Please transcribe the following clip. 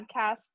podcast